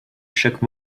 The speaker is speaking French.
chaque